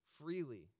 freely